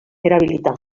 erabilita